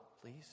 please